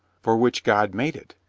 for which god made it,